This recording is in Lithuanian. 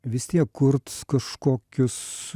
vis tiek kurt kažkokius